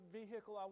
vehicle